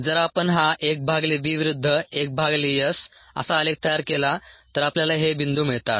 जर आपण हा 1 भागिले v विरुद्ध 1 भागिले s असा आलेख तयार केला तर आपल्याला हे बिंदू मिळतात